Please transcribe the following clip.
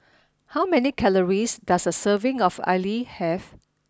how many calories does a serving of Idly have